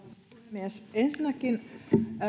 puhemies ensinnäkin